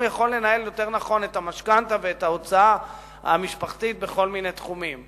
יכול לנהל נכון יותר את המשכנתה ואת ההוצאה המשפחתית בכל מיני תחומים.